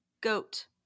goat